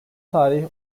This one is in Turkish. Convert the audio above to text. tarih